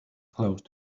close